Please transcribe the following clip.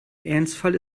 ernstfall